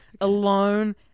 alone